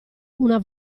una